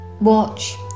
watch